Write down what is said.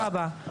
תודה רבה.